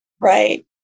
Right